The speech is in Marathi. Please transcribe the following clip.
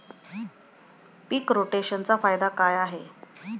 पीक रोटेशनचा फायदा काय आहे?